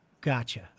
gotcha